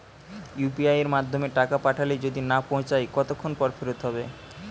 UPI য়ের মাধ্যমে টাকা পাঠালে যদি না পৌছায় কতক্ষন পর ফেরত হবে?